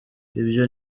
ibyo